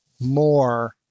more